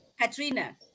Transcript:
katrina